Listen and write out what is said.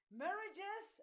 marriages